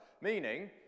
meaning